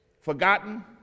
Forgotten